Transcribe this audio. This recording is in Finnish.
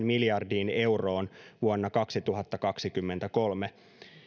miljardiin euroon vuonna kaksituhattakaksikymmentäkolme